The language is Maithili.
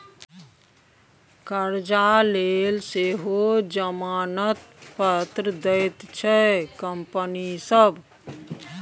करजा लेल सेहो जमानत पत्र दैत छै कंपनी सभ